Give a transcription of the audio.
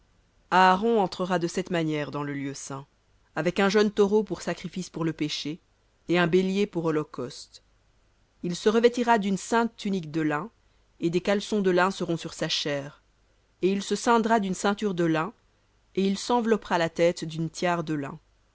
aaron entrera de cette manière dans le lieu saint avec un jeune taureau pour sacrifice pour le péché et un bélier pour holocauste il se revêtira d'une sainte tunique de lin et des caleçons de lin seront sur sa chair et il se ceindra d'une ceinture de lin et il s'enveloppera la tête d'une tiare de lin